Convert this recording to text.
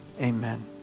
Amen